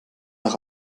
auch